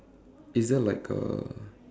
is there like a